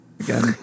Again